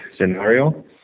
scenario